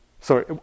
sorry